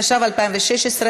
התשע"ו 2016,